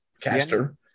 caster